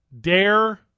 Dare